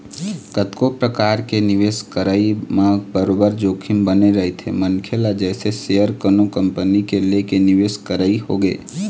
कतको परकार के निवेश करई म बरोबर जोखिम बने रहिथे मनखे ल जइसे सेयर कोनो कंपनी के लेके निवेश करई होगे